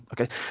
okay